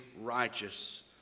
righteous